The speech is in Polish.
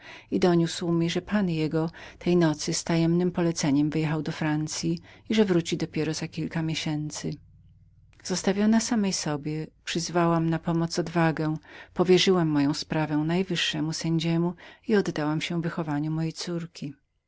i doniósł mi od księcia że pan jego tej nocy z tajemnem poleceniem wyjechał do francyi i że nie wróci aż za kilka miesięcy tak zostawiona samej sobie przyzwałam odwagę w pomoc zostawiłam moją sprawę najwyższemu sędzi i oddałam się wychowaniu mojej córki